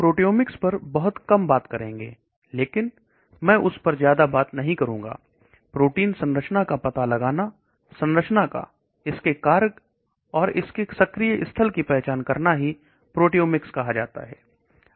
proteomics पर बहुत कम बात करेंगे लेकिन मैं उस पर ज्यादा बात नहीं करूंगा प्रोटीन संरचना का पता लगाना संरचना का इसके कारण और इसके सक्रिय स्थल की पहचान करना ही प्रोटियोमिक्स कहा जाता है